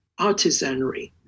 artisanry